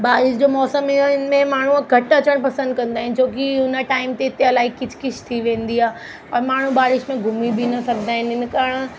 बारिश जो मौसम इन में माण्हू घटि अचणु पसंदि कंदा आहिनि छोकी हुन टाइम ते हिते अलाई किच किच थी वेंदी आहे और माण्हू बारिश में घुमी बि न सघंदा आहिनि हिन कारणु